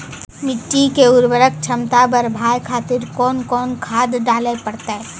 मिट्टी के उर्वरक छमता बढबय खातिर कोंन कोंन खाद डाले परतै?